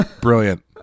Brilliant